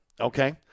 Okay